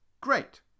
great